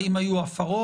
האם היו הפרות?